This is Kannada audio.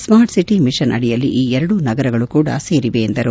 ಸ್ಮಾಟ್ ಸಿಟಿ ಮಿಷನ್ ಅಡಿಯಲ್ಲಿ ಈ ಎರಡೂ ನಗರಗಳೂ ಕೂಡ ಸೇರಿವೆ ಎಂದರು